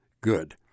good